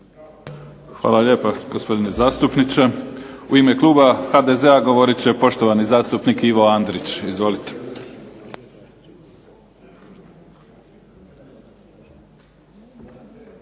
Hvala lijepa gospodine zastupniče. U ime kluba HDZ-a govorit će poštovani zastupnik Ivo Andrić. Izvolite.